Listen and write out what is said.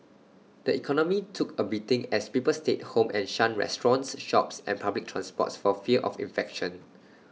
the economy took A beating as people stayed home and shunned restaurants shops and public transport for fear of infection